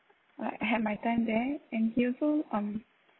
like I had my time there and he also um